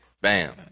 Bam